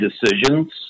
decisions